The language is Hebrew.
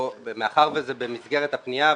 מאחר וזה במסגרת הפנייה,